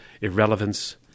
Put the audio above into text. irrelevance